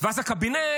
ואז בקבינט